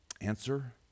Answer